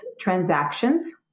transactions